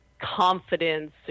confidence